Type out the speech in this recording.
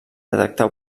detectar